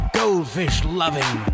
goldfish-loving